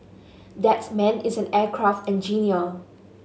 that man is an aircraft engineer